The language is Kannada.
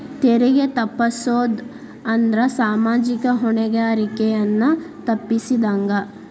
ತೆರಿಗೆ ತಪ್ಪಸೊದ್ ಅಂದ್ರ ಸಾಮಾಜಿಕ ಹೊಣೆಗಾರಿಕೆಯನ್ನ ತಪ್ಪಸಿದಂಗ